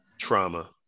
Trauma